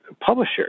publisher